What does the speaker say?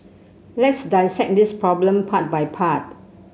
let's dissect this problem part by part